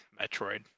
Metroid